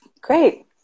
Great